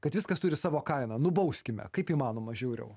kad viskas turi savo kainą nubauskime kaip įmanoma žiauriau